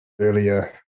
earlier